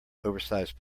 oversized